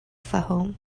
fayoum